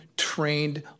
trained